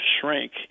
shrink